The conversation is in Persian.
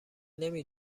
نمی